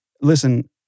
Listen